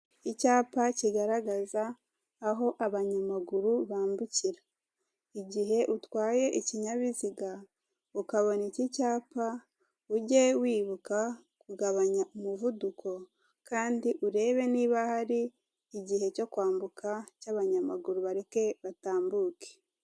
Icyapa kigaragaza aho abanyamaguru bambukira. Igihe utwaye ikinyabiziga ukabona iki cyapa ujye wibuka, kugabanya umuvuduko kandi urebe niba hari igihe cyo kwambuka cy'abanyamaguru ubareke batambuke.